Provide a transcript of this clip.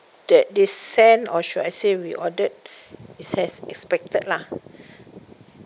that they send or should I say we ordered is as expected lah